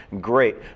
Great